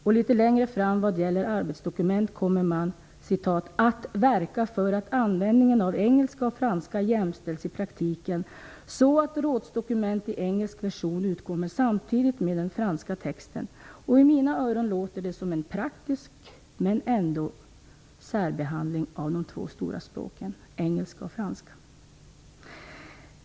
Vad gäller arbetsdokument sade Mats Hellström att man kommer att verka för att användningen av engelska och franska i praktiken jämställs, så att rådsdokument i engelsk version utkommer samtidigt med den franska texten. I mina öron låter detta praktiskt, men ändå som en särbehandling av de två stora språken engelska och franska.